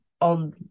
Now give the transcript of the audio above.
on